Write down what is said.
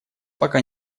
пока